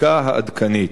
לחקיקה העדכנית.